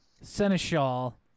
Seneschal